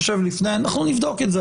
אנחנו נבדוק את זה.